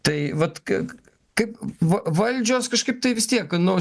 tai vat k kaip va valdžios kažkaip tai vis tiek nu